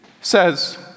says